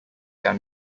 their